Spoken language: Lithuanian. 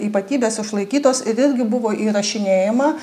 ypatybės išlaikytos ir irgi buvo įrašinėjama